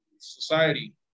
society